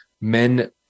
men